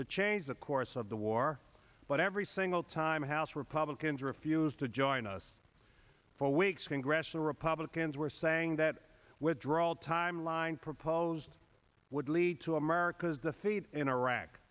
to change the course of the war but every single time house republicans refused to join us for weeks congressional republicans were saying that withdrawal timeline proposed would lead to america's the theat in iraq